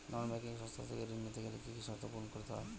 নন banking সংস্থা থেকে ঋণ নিতে গেলে কি কি শর্ত পূরণ করতে হয়?